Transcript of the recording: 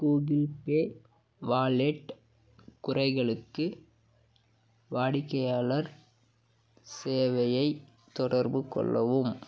Google Pay wallet குறைகளுக்கு வாடிக்கையாளர் சேவையை தொடர்புகொள்ளவும்